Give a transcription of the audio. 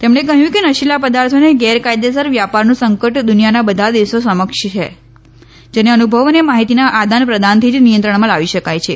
તેમણે કહ્યું કે નશીલા પદાર્થોના ગેરકાયદેસર વ્યાપારનું સંકટ દુનિયાના બધા દેશો સમક્ષ છે જેને અનુભવ અને માહિતીના આદાન પ્રદાનથી જ નિયંત્રણમાં લાવી શકાય છે